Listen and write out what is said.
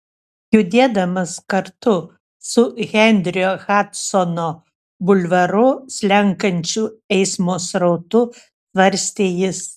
judėdamas kartu su henrio hadsono bulvaru slenkančiu eismo srautu svarstė jis